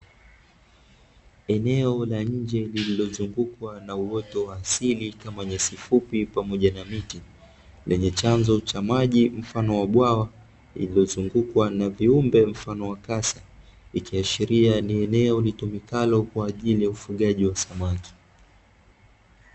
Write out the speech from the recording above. Eneo la nje lililozungukwa na uoto wa asili kama wenye nyasi fupi pamoja na miti, lenye chanzo cha maji mfano wa bwawa lililozungukwa na viumbe mfano wa kasa; ikiashiria ni eneo litumikalo kwa ajili ya ufugaji wa samaki.